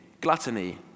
gluttony